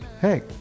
hey